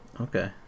Okay